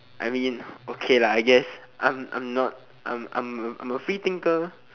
I mean okay lah I guess I'm I'm not I'm I'm a free thinker